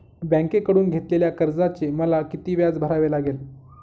बँकेकडून घेतलेल्या कर्जाचे मला किती व्याज भरावे लागेल?